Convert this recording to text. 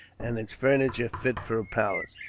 and its furniture fit for a palace.